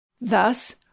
Thus